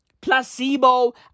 Placebo